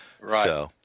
Right